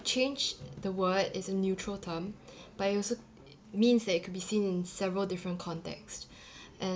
change the word is a neutral term but it also means that it could be seen in several different context and